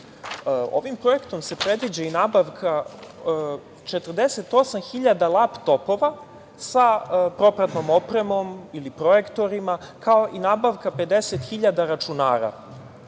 projektom se predviđa i nabavka 48.000 laptopova sa propratnom opremom ili projektorima, kao i nabavka 50.000 računara